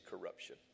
corruption